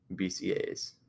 BCAs